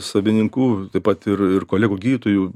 savininkų taip pat ir ir kolegų gydytojų